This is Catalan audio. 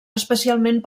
especialment